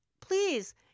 please